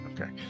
Okay